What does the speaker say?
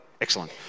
excellent